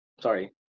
Sorry